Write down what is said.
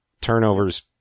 turnovers